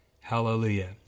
Hallelujah